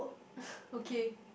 okay